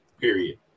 Period